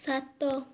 ସାତ